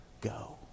go